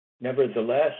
Nevertheless